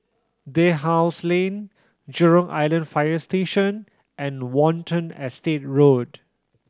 Dalhousie Lane Jurong Island Fire Station and Watten Estate Road